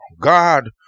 God